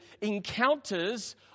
encounters